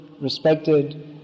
respected